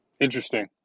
Interesting